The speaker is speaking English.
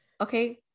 okay